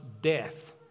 death